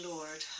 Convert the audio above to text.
Lord